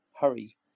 Hurry